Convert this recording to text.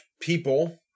people